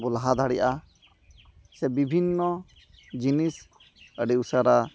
ᱵᱚ ᱞᱟᱦᱟ ᱫᱟᱲᱮᱜᱼᱟ ᱥᱮ ᱵᱤᱵᱷᱤᱱᱱᱚ ᱡᱤᱱᱤᱥ ᱟᱹᱰᱤ ᱩᱥᱟᱹᱨᱟ